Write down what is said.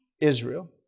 Israel